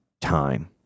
time